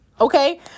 Okay